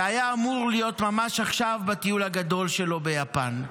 הוא היה אמור להיות ממש עכשיו בטיול הגדול שלו ביפן.